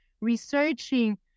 researching